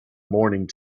morning